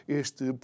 este